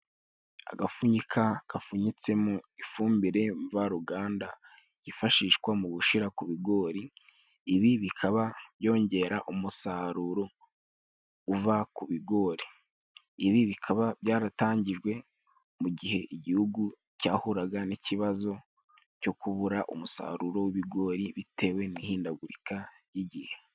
Agapfunyika kapfunyitsemo ifumbire mvaruganda yifashishwa mu gushyira ku bigori, ibi bikaba byongera umusaruro uva ku bigori. Ibi bikaba byaratangijwe mu gihe igihugu cyahuraga n'ikibazo cyo kubura umusaruro w'ibigori, bitewe n'ihindagurika ry'igihe.